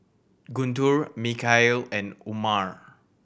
Guntur Mikhail and Umar